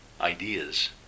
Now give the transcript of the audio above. ideas